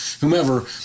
whomever